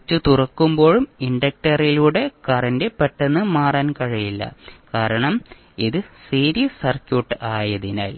switch തുറക്കുമ്പോഴും ഇൻഡക്റ്ററിലൂടെ current പെട്ടെന്ന് മാറാൻ കഴിയില്ല കാരണം ഇത് സീരീസ് സർക്യൂട്ട് അതിനാൽ